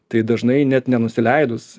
tai dažnai net nenusileidus